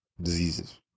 diseases